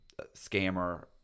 scammer